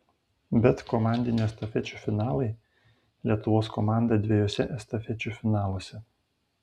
bet komandinių estafečių finalai lietuvos komanda dviejuose estafečių finaluose